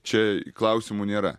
čia klausimų nėra